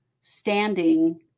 standing